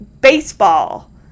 baseball